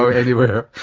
so anywhere,